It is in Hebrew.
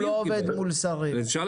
הוא לא עובד מול שרים.